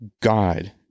God